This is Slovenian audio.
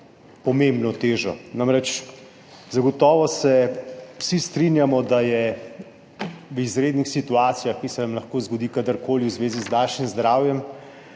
pomembno težo, namreč zagotovo se vsi strinjamo, da je v izrednih situacijah, ki se nam lahko zgodi kadarkoli v zvezi z našim zdravjem,